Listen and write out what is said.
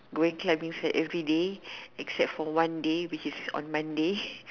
going clubbing's at everyday except for one day which is on Mondays